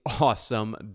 awesome